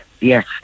yes